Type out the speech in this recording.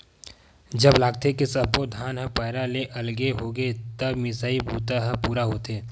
जब लागथे के सब्बो धान ह पैरा ले अलगे होगे हे तब मिसई बूता ह पूरा होथे